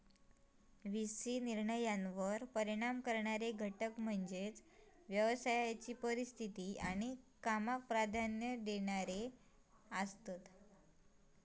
V C निर्णयांवर परिणाम करणारे घटक म्हणजे व्यवसायाची परिस्थिती आणि कामाक प्राधान्य देणा ही आसात